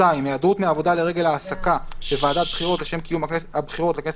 (2)היעדרות מעבודה לרגל העסקה בוועדת בחירות לשם קיום הבחירות לכנסת